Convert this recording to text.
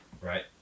Right